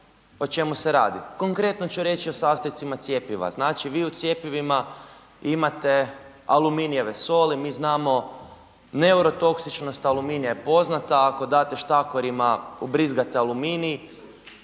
o čemu se radi? Konkretno ću reći o sastojcima cjepiva. Znači vi u cjepivima imate aluminijeve soli, mi znamo neurotoksičnost aluminija je poznata, ako date štakorima, ubrizgate aluminij,